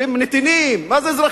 אומרים "נתינים", מה זה אזרחים?